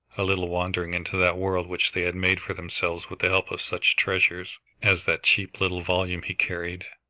a little wandering into that world which they had made for themselves with the help of such treasures as that cheap little volume he carried.